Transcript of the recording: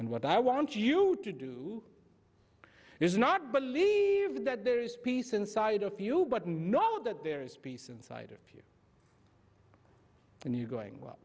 and what i want you to do is not believe that there is peace inside of you but know that there is peace inside of you and you're going well